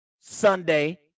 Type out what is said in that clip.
Sunday